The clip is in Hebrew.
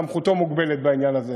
סמכותו מוגבלת בעניין הזה